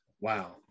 wow